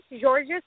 Georgia